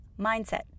Mindset